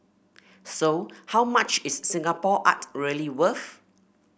so how much is Singapore art really worth